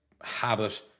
habit